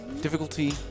Difficulty